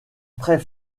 très